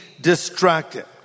distracted